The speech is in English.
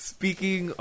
Speaking